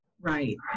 right